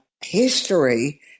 history